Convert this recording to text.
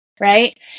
Right